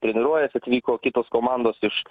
treniruojuosi atvyko kitos komandos iš